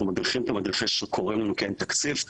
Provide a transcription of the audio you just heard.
מדריכים את המדריכים --- כי אין תקציב.